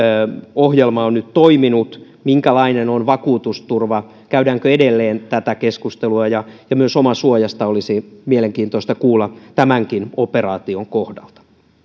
ohjelma on nyt toiminut minkälainen on vakuutusturva ja käydäänkö edelleen tätä keskustelua myös omasuojasta olisi mielenkiintoista kuulla tämänkin operaa tion kohdalta